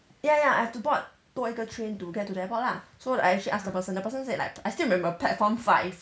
ya ya I have to board 多一个 train to get to the airport lah so I actually asked the person the person said like I still remember platform five